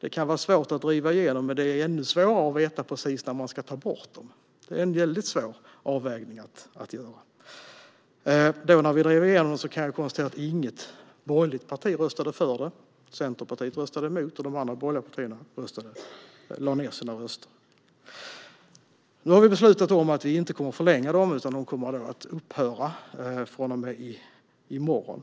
de kan vara svåra att driva igenom. Men det är ännu svårare att veta precis när man ska ta bort dem. Det är en väldigt svår avvägning att göra. Jag kan konstatera att inget borgerligt parti röstade för detta när vi drev igenom det. Centerpartiet röstade mot, och de andra borgerliga partierna lade ned sina röster. Nu har vi beslutat att vi inte kommer att förlänga id-kontrollerna, utan de kommer att upphöra från och med i morgon.